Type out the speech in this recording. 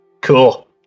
Cool